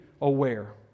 aware